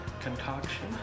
concoction